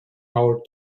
our